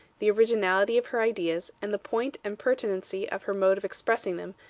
the originality of her ideas, and the point and pertinency of her mode of expressing them,